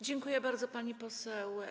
Dziękuję bardzo, pani poseł.